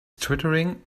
twittering